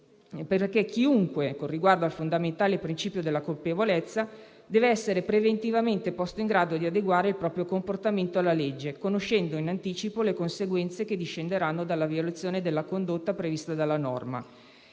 perché chiunque, con riguardo al fondamentale principio della colpevolezza, deve essere preventivamente posto in grado di adeguare il proprio comportamento alla legge, conoscendo in anticipo le conseguenze che discenderanno dalla violazione della condotta prevista dalla norma.